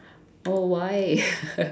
oh why